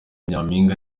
nyampinga